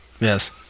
Yes